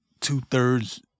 two-thirds